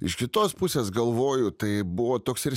iš kitos pusės galvoju tai buvo toks ir